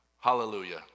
Hallelujah